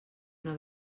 una